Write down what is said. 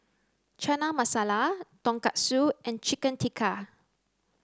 Chana Masala Tonkatsu and Chicken Tikka